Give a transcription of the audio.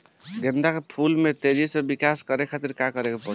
गेंदा के फूल में तेजी से विकास खातिर का करे के पड़ी?